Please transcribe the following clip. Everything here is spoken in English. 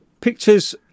pictures